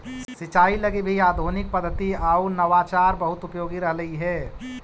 सिंचाई लगी भी आधुनिक पद्धति आउ नवाचार बहुत उपयोगी रहलई हे